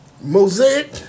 Mosaic